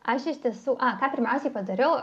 aš iš tiesų a ką pirmiausiai padariau